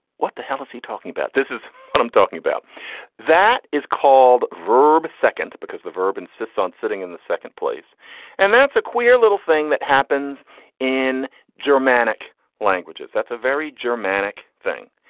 what the hell is he talking about this is what i'm talking about that is called verb second because the verb insists on sitting in the second place and that's a queer little thing that happens in germanic languages. that's a very germanic thing.